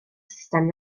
system